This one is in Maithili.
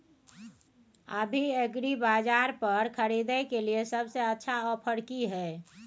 अभी एग्रीबाजार पर खरीदय के लिये सबसे अच्छा ऑफर की हय?